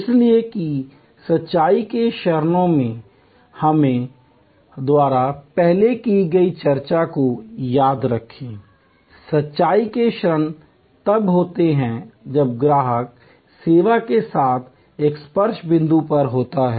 इसलिए कि सच्चाई के क्षणों में हमारे द्वारा पहले की गई चर्चा को याद रखें सच्चाई के क्षण तब होते हैं जब ग्राहक सेवा के साथ एक स्पर्श बिंदु पर होता है